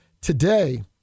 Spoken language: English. today